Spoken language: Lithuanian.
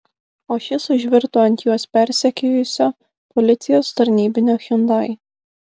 o šis užvirto ant juos persekiojusio policijos tarnybinio hyundai